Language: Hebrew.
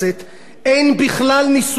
אין בכלל נישואים אזרחיים.